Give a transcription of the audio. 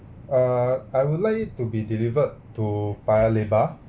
uh I would like it to be delivered to paya lebar